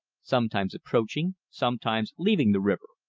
sometimes approaching, sometimes leaving the river,